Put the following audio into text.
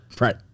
right